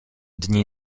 dni